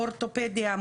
אורתופדיה,